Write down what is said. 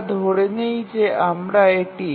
আমরা ধরে নিই যে আমরা এটি